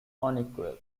unequal